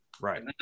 Right